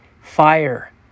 fire